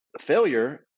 failure